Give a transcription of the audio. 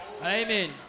Amen